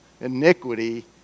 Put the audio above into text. iniquity